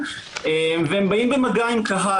והם באים במגע עם קהל.